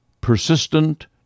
persistent